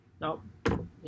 Nope